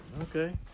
Okay